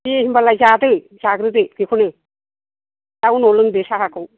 दे होनबालाय जादो जाग्रोदो बेखौनो दा उनाव लोंदो साहाखौ